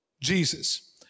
Jesus